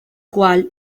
cual